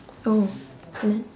oh and then